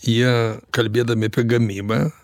jie kalbėdami apie gamybą